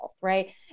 right